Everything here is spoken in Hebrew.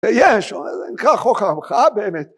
‫יש, זה נקרא חוק ההמחאה באמת.